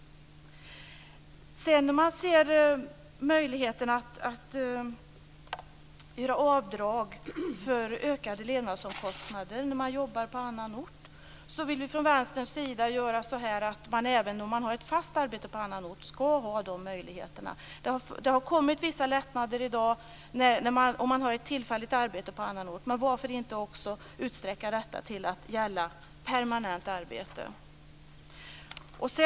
Vad gäller avdrag för ökade levnadsomkostnader vid arbete på annan ort än bostadsorten vill vi från Vänsterns sida att även den som har ett fast arbete på annan ort ska ha möjlighet att göra sådant avdrag. Det har gjorts vissa lättnader för den som har ett tillfälligt arbete på annan ort, men varför inte också utsträcka detta till att gälla permanent arbete?